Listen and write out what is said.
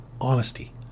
honesty